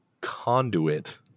conduit